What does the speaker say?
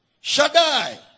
Shaddai